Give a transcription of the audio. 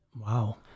Wow